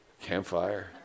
Campfire